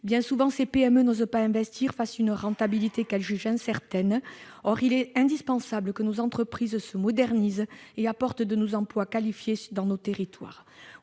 Bien souvent, ces PME n'osent pas investir, eu égard à une rentabilité qu'elles jugent incertaine. Or il est indispensable que nos entreprises se modernisent et créent de nouveaux emplois qualifiés dans nos territoires.